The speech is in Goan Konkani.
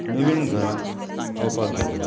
नवीन घरांक रावपाक गेला